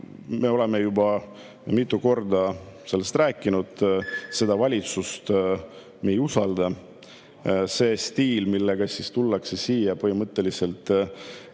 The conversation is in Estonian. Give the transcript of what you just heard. me oleme juba mitu korda sellest rääkinud, et seda valitsust me ei usalda. See stiil, millega tullakse siia põhimõtteliselt